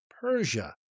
Persia